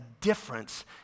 difference